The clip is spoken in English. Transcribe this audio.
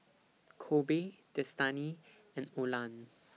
Kobe Destany and Olan